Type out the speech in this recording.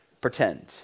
pretend